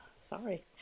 Sorry